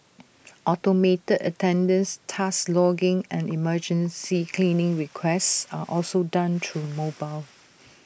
automated attendance task logging and emergency cleaning requests are also done through mobile